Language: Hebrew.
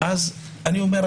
אז אני אומר,